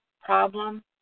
problem